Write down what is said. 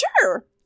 sure